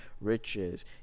Riches